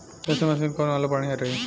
Thresher machine कौन वाला बढ़िया रही?